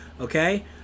okay